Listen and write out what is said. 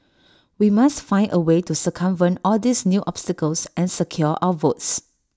we must find A way to circumvent all these new obstacles and secure our votes